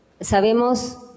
sabemos